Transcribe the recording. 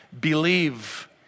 believe